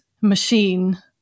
machine